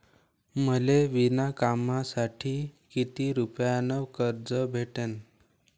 मले विणकामासाठी किती रुपयानं कर्ज भेटन?